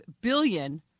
billion